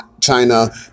China